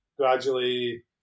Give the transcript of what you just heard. gradually